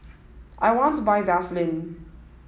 I want to buy Vaselin